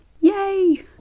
Yay